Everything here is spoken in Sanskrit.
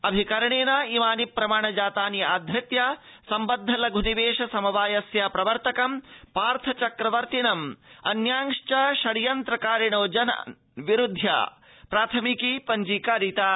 अभिकरणेन इमानि प्रमाण जातानि आधृत्य सम्बद्ध लध् निवेश समवायस्य प्रवर्तकं पार्थ चक्रवर्त्तिनम् अन्यांश्व षड्यन्त्र कारिणो जनान् विरुध्य प्राथमिकी पञ्जीकारिताऽस्ति